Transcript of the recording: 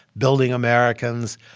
building americans,